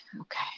okay